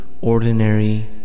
ordinary